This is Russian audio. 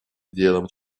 делом